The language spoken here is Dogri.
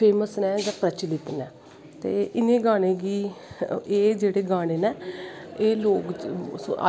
फेमस नै जां प्रचलित नै ते इनें गानें गी एह् जेह्ड़े गाने नै एह् लोग